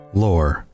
lore